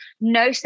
No